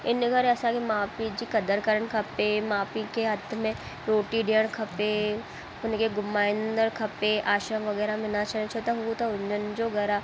इन करे असांखे माउ पीउ जी क़दरु करणु खपे माउ पीउ खे हथ में रोटी ॾियणु खपे हुन खे घुमाईंदड़ खपे आश्रम वग़ैरह में न छॾे छो त हू त हुननि जो घरु आहे